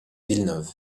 villeneuve